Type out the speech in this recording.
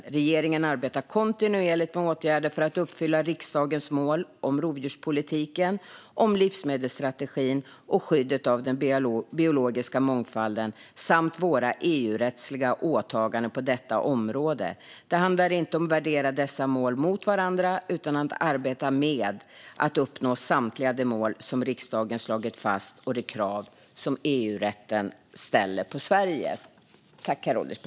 Regeringen arbetar kontinuerligt med åtgärder för att uppfylla riksdagens mål om rovdjurspolitiken, om livsmedelsstrategin och om skyddet av den biologiska mångfalden samt våra EU-rättsliga åtaganden på detta område. Det handlar inte om att värdera dessa mål mot varandra utan att arbeta med att uppnå samtliga de mål som riksdagen slagit fast och de krav som EU-rätten ställer på Sverige.